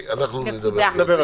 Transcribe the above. נדבר על זה.